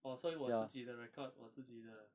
orh 所以我自己的 record 我自己的